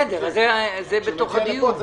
בסדר, זה בתוך הדיון.